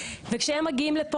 כמה שנים אנחנו נשארים חדשים?